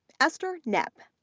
esther knepp,